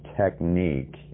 technique